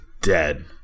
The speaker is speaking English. dead